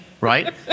right